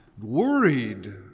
worried